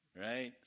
right